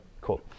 Cool